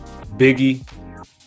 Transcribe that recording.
Biggie